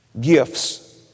gifts